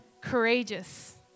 courageous